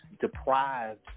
deprived